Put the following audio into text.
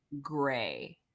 gray